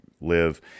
live